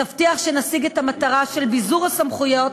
יבטיחו שנשיג את המטרה של ביזור הסמכויות,